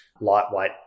lightweight